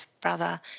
brother